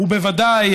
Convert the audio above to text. הוא בוודאי,